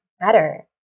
matter